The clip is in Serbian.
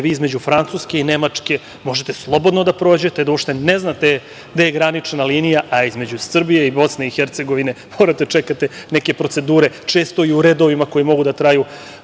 vi između Francuske i Nemačke možete slobodno da prođete, da uopšte ne znate gde je granična linija, a između Srbije i BiH morate da čekate neke procedure, često i u redovima koji mogu da traju